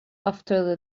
after